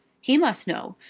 he must know.